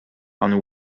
and